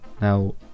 Now